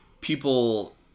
people